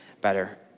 better